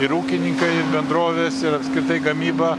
ir ūkininkai ir bendrovės ir apskritai gamyba